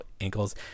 ankles